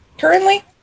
Currently